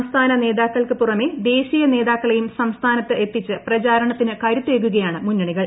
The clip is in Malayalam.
സംസ്ഥാന നേതാക്കൾക്ക് പുറമേ ദേശീയ നേതാക്കളെയും സംസ്ഥാനത്ത് എത്തിച്ച് പ്രചാരണത്തിന് കരുത്തേകുകയാണ് മുന്നണികൾ